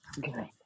good